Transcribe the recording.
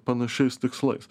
panašiais tikslais